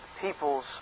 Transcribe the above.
peoples